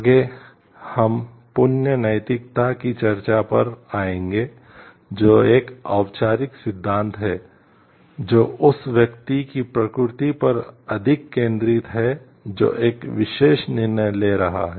आगे हम पुण्य नैतिकता की चर्चा पर आएंगे जो एक औपचारिक सिद्धांत है जो उस व्यक्ति की प्रकृति पर अधिक केंद्रित है जो एक विशेष निर्णय ले रहा है